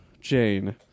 Jane